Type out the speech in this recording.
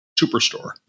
Superstore